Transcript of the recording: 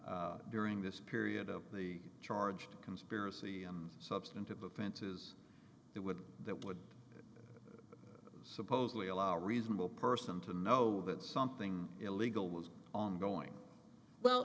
during this period of the charge to conspiracy substantive offenses that would that would supposedly allow a reasonable person to know that something illegal was ongoing well